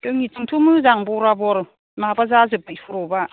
जोंनिथिंथ' मोजां बराबर माबा जाजोब्बाय सर'गा